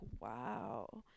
wow